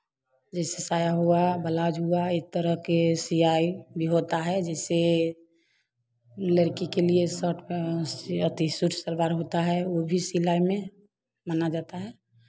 जैसे साड़ी हुआ ब्लाउज हुआ इक तरह के सिलाई भी होता है जैसे लड़की के लिए शर्ट प अथी सूट सलवार होता है उभी सिलाई में माना जाता है